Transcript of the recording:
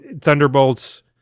Thunderbolts